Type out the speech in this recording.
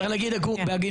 צריך להגיד בהגינות,